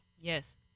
Yes